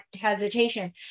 hesitation